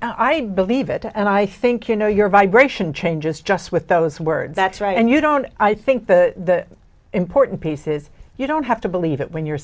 i believe it and i think you know your vibration changes just with those words that's right and you don't i think the important pieces you don't have to believe it when you